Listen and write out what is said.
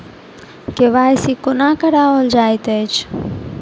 KYC कोना कराओल जाइत अछि?